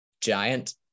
giant